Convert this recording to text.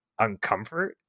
uncomfort